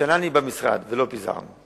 כשנה אני במשרד ולא פיזרנו,